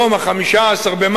יום 15 במאי,